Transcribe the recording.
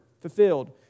fulfilled